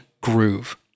groove